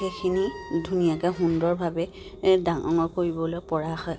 সেইখিনি ধুনীয়াকৈ সুন্দৰভাৱে ডাঙৰ কৰিবলৈপৰা হয়